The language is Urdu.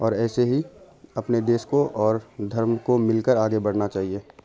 اور ایسے ہی اپنے دیس کو اور دھرم کو مل کر آگے بڑھنا چاہیے